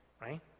Right